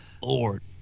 Lord